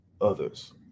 others